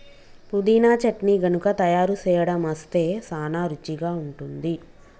పుదీనా చట్నీ గనుక తయారు సేయడం అస్తే సానా రుచిగా ఉంటుంది